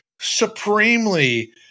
supremely